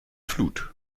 flut